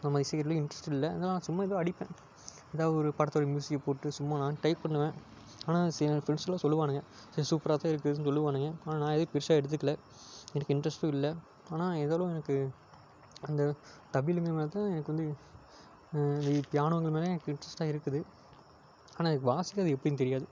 நமக்கு இசை கருவியில் இன்ட்ரஸ்ட் இல்லை அதனால் சும்மா எதோ அடிப்பேன் எதா ஒரு படத்தோடய மியூசிக்கை போட்டு சும்மா நான் ட்ரை பண்ணுவேன் ஆனால் சில ஃப்ரெண்ட்ஸெல்லாம் சொல்லுவானுங்க சரி சூப்பராக தான் இருக்குதுன்னு சொல்லுவானுங்க ஆனால் நான் எதுவும் பெருசாக எடுத்துக்கலை எனக்கு இன்ட்ரஸ்ட்டும் இல்லை ஆனால் இருந்தாலும் எனக்கு அந்த தபில் மேல் தான் எனக்கு வந்து இது பியானோங்க மேல் எனக்கு இன்ட்ரஸ்ட்டாக இருக்குது ஆனால் எனக்கு வாசிக்கிறது எப்படின்னு தெரியாது